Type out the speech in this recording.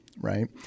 right